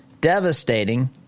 devastating